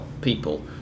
people